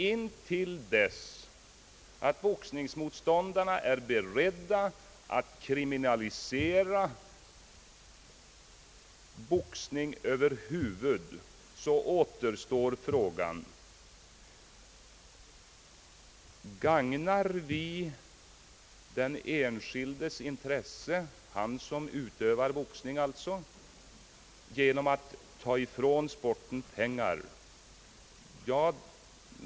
Intill dess att boxningsmotståndarna är beredda att kriminalisera boxning över huvud taget återstår frågan: Gagnar vi den enskildes intresse — alltså dens som utövar boxning — genom att ta ifrån sporten pengar?